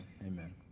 Amen